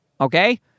okay